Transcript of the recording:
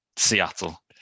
Seattle